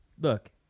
look